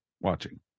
watching